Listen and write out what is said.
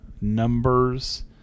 numbers